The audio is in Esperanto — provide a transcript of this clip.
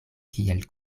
kiel